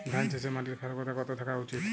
ধান চাষে মাটির ক্ষারকতা কত থাকা উচিৎ?